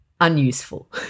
unuseful